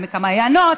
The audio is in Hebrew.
בעמק המעיינות,